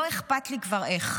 לא אכפת לי כבר איך.